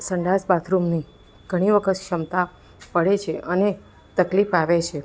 સંડાસ બાથરૂમની ઘણી વખત શંકા પડે છે અને તકલિફ આવે છે